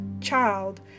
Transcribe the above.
child